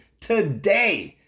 today